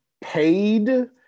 paid